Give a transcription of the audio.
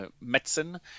medicine